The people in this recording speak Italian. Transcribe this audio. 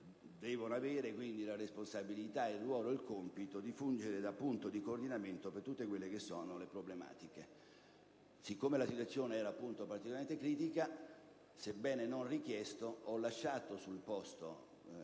devono avere la responsabilità, il ruolo e il compito di fungere da punto di coordinamento per tutte le problematiche in tale ambito. Siccome la situazione era particolarmente critica, sebbene non richiesto, ho lasciato nelle tre